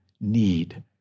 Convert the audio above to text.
need